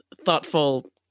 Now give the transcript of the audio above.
thoughtful